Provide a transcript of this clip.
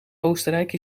oostenrijk